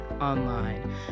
online